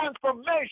transformation